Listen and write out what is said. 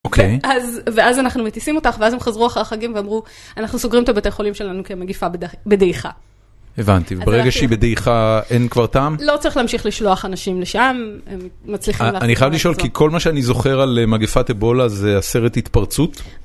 אוקיי אז ואז אנחנו מטיסים אותך, ואז הם חזרו אחרי החגים ואמרו, אנחנו סוגרים את הבית החולים שלנו כי המגיפה בדעיכה. הבנתי, ברגע שהיא בדעיכה אין כבר טעם? לא צריך להמשיך לשלוח אנשים לשם, אני חייב לשאול, כי כל מה שאני זוכר על מגיפת אבולה זה הסרט התפרצות?